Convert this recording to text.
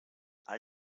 all